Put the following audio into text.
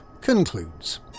concludes